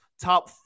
top